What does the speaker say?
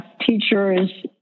Teachers